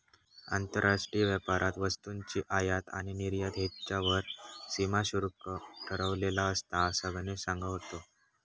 आंतरराष्ट्रीय व्यापारात वस्तूंची आयात आणि निर्यात ह्येच्यावर सीमा शुल्क ठरवलेला असता, असा गणेश सांगा होतो